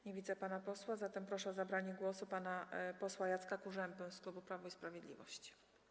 Nie widzę pana posła, zatem proszę o zabranie głosu pana posła Jacka Kurzępę z klubu Prawo i Sprawiedliwość.